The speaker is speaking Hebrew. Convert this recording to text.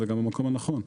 זה גם המקום הנכון.